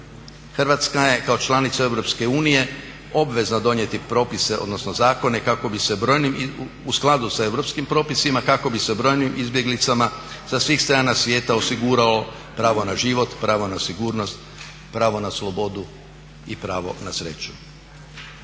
Hrvatska je kao članica EU obvezna donijeti propise odnosno zakone u skladu sa europskim propisima kako bi se brojnim izbjeglicama sa svih strana svijeta osiguralo pravo na život, pravo na sigurnost, pravo na slobodu i pravo na sreću.